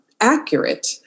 accurate